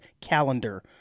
calendar